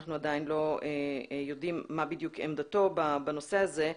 שאנחנו עדיין לא יודעים מה בדיוק עמדתו בנושא הזה.